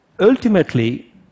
Ultimately